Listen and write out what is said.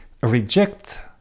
reject